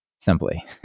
simply